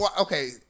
okay